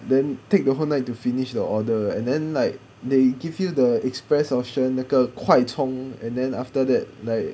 then take the whole night to finish the order and then like they give you the express option 那个快充 and then after that like